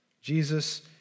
Jesus